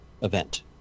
event